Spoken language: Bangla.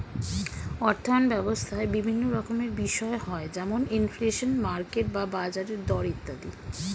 অর্থায়ন ব্যবস্থায় বিভিন্ন রকমের বিষয় হয় যেমন ইনফ্লেশন, মার্কেট বা বাজারের দর ইত্যাদি